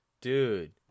Dude